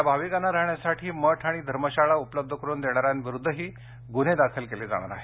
या भाविकांना राहण्यासाठी मठ आणि धर्मशाळा उपलब्ध करून देणाऱ्यांविरुद्धही गुन्हे दाखल केले जाणार आहेत